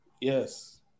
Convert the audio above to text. Yes